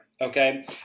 okay